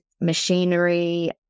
machinery